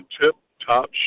tip-top